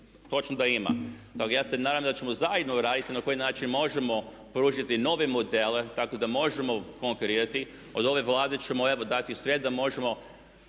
točno, da ima. Tako da ja se nadam da ćemo zajedno raditi na koji god način možemo i pružiti nove modele tako da možemo konkurirati. Od ove Vlade ćemo evo dati sve da možemo